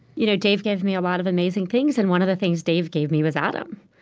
you know dave gave me a lot of amazing things, and one of the things dave gave me was adam.